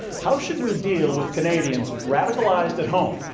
how should we deal with canadians radicalized at home,